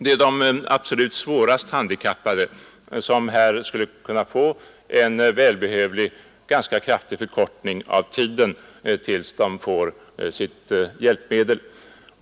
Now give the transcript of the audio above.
Det är de absolut svårast handikappade som i första hand skulle kunna få en välbehövlig ganska kraftig förkortning av tiden tills de får sitt hjälpmedel.